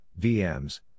VMs